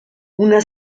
una